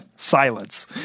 Silence